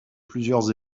plusieurs